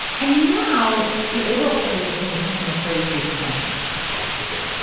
and now the overall population, it's something like thirty three percent of people have a college degree.